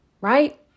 right